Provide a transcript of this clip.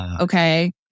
Okay